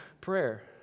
prayer